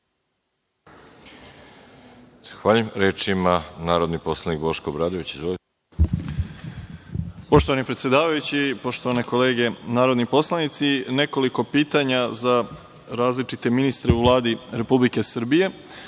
Arsić** Reč ima narodni poslanik Boško Obradović. **Boško Obradović** Poštovani predsedavajući, poštovane kolege narodni poslanici, nekoliko pitanja za različite ministre u Vladi Republike Srbije. Počevši